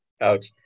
Ouch